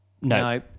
No